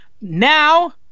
Now